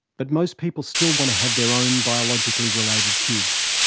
but most people still want to have their own, biologically-related kids.